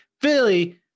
philly